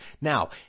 Now